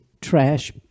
trash